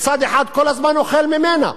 וצד אחד כל הזמן אוכל ממנה.